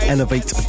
Elevate